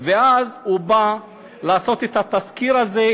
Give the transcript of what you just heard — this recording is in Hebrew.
ואז הם באים לעשות את התסקיר הזה,